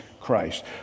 Christ